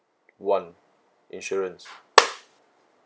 one insurance